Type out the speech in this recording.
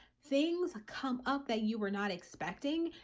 things ah come up that you were not expecting,